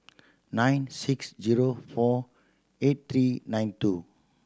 nine six zero four eight three nine two